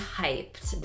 hyped